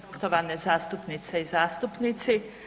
Poštovane zastupnice i zastupnici.